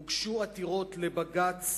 הוגשו עתירות לבג"ץ